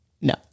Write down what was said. no